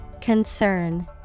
Concern